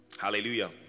Hallelujah